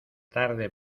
tarde